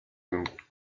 and